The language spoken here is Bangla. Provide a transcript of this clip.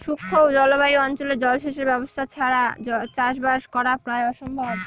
শুষ্ক জলবায়ু অঞ্চলে জলসেচের ব্যবস্থা ছাড়া চাষবাস করা প্রায় অসম্ভব